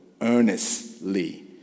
earnestly